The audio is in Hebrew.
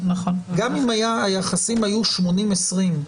גם אם היחסים היו 80-20,